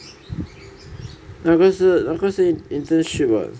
那个是那个是 intership [what]